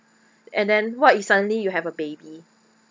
and then what if suddenly you have a baby